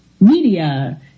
media